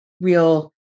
real